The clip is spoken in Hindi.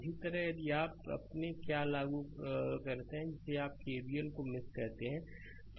इसी तरह यदि आप अपने क्या लागू करते हैं जिसे आप केवीएल को मेष 2 कहते हैं